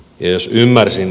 myös ymmärsin